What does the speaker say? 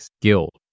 guilt